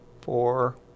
four